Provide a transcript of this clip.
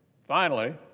finally,